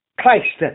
Christ